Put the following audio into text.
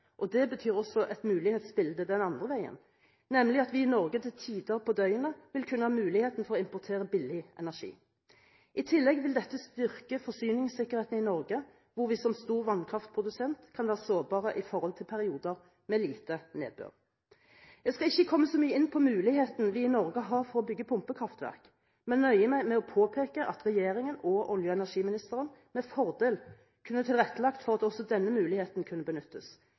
og det betyr også et mulighetsbilde den andre veien, nemlig at vi i Norge til tider på døgnet vil kunne ha muligheten til å importere billig energi. I tillegg vil dette styrke forsyningssikkerheten i Norge, hvor vi som stor vannkraftprodusent kan være sårbare i perioder med lite nedbør. Jeg skal ikke komme så mye inn på muligheten vi i Norge har for å bygge pumpekraftverk, men nøye meg med å påpeke at regjeringen og olje- og energiministeren med fordel kunne tilrettelagt for at også denne muligheten kunne benyttes